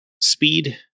speed